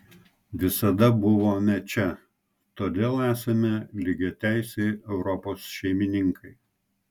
visada buvome čia todėl esame lygiateisiai europos šeimininkai